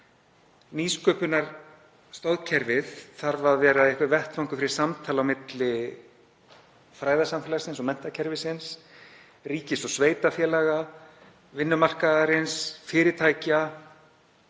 Nýsköpunarstoðkerfið þarf að vera vettvangur fyrir samtal á milli fræðasamfélagsins og menntakerfisins, ríkis og sveitarfélaga, vinnumarkaðarins, fyrirtækja,